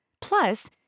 Plus